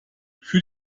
für